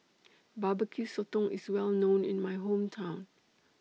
Barbecue Sotong IS Well known in My Hometown